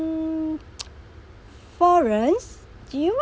mm florence do you